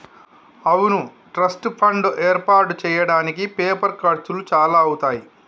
అవును trust fund ఏర్పాటు చేయడానికి పేపర్ ఖర్చులు చాలా అవుతాయి